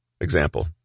Example